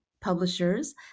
publishers